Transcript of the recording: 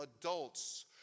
adults